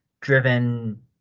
driven